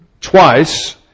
twice